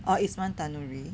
or isman tanuri